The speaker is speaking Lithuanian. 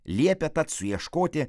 liepė tad suieškoti